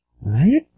Right